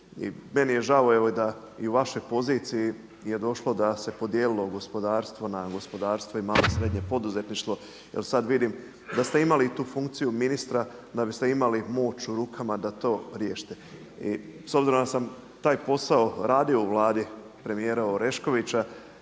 I meni je žao evo da i u vašoj poziciji je došlo da se podijelilo gospodarstvo na gospodarstvo i na malo i srednje poduzetništvo, jer sad vidim da ste imali tu funkciju ministra da biste imali moć u rukama da to riješite. I s obzirom da sam taj posao radio u Vladi premijera Oreškovića